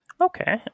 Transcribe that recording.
okay